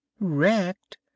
wrecked